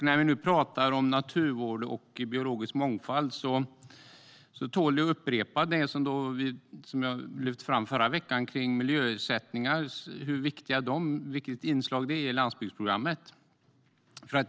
När vi nu pratar om naturvård och biologisk mångfald tål att upprepas det som jag lyfte fram förra veckan om miljöersättningar och vilket viktigt inslag de är i landsbygdsprogrammet.